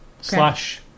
slash